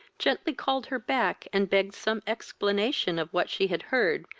gently called her back, and begged some explanation of what she had heard,